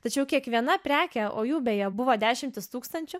tačiau kiekviena prekė o jų beje buvo dešimtys tūkstančių